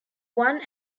one